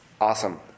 Awesome